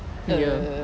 ya